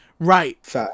right